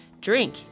Drink